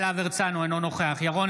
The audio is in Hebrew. אינו נוכח יוראי להב הרצנו,